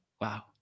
Wow